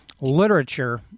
literature